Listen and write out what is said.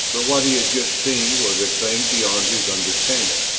but what he had just seen was a thing beyond his understanding.